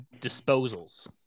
disposals